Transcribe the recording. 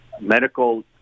medical